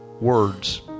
words